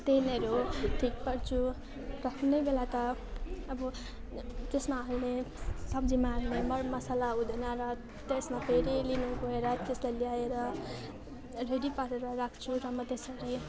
तेलहरू ठिक पार्छु र कुनै बेला त अब त्यसमा हाल्ने सब्जीमा हाल्ने मरमसला हुँदैन र त्यसमा फेरि लिन गएर त्यसलाई ल्याएर रेडी पारेर राख्छु र म त्यसरी